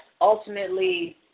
ultimately